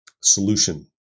solution